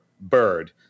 bird